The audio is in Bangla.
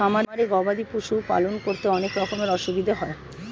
খামারে গবাদি পশুর পালন করতে অনেক রকমের অসুবিধা হয়